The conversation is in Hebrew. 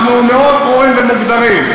אנחנו מאוד ברורים ומוגדרים,